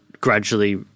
gradually